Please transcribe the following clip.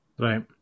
Right